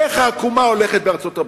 איך העקומה הולכת בארצות-הברית,